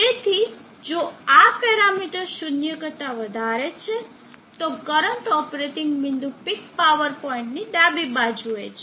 તેથી જો આ પેરામીટર 0 કરતા વધારે છે તો કરંટ ઓપરેટિંગ બિંદુ પીક પાવર પોઇન્ટ ની ડાબી બાજુએ છે